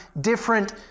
different